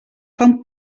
fan